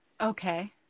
Okay